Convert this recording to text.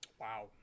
Wow